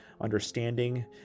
understanding